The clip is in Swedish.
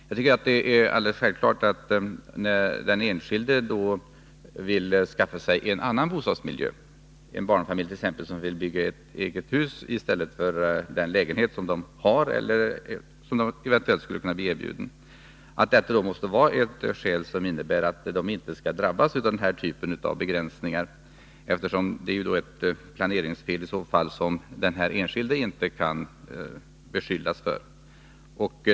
Jag tycker att det är alldeles självklart att när den enskilde vill skaffa sig en annan bostadsmiljö, t.ex. en barnfamilj som vill bygga ett eget hus i stället för att bo kvar i den lägenhet som familjen har eller eventuellt skulle kunna bli erbjuden, måste detta vara ett skäl som innebär att den enskilde inte skall drabbas av denna typ av begränsningar. Detta är ett planeringsfel som den enskilde inte kan beskyllas för.